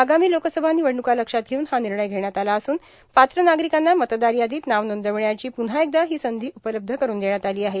आगामी लोकसभा र्निवडणूका लक्षात घेवून हा र्निणय घेण्यात आला असून पात्र नार्गारकांना मतदार यादांत नाव नांर्दावण्याची पुन्हा एकदा हों संधी उपलब्ध करून देण्यात आलां आहे